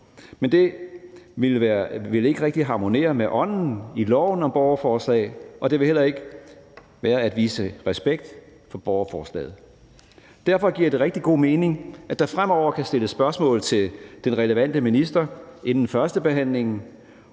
men det ville ikke rigtig harmonere med ånden i loven om borgerforslag, og det ville heller ikke være at vise respekt for borgerforslaget. Derfor giver det rigtig god mening, at der fremover kan stilles spørgsmål til den relevante minister inden førstebehandlingen,